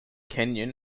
canyon